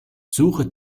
suche